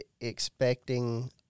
expecting